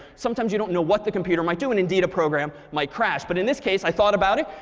sometimes you don't know what the computer might do. and indeed a program might crash. but in this case, i thought about it,